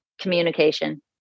communication